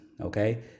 okay